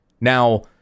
Now